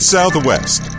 Southwest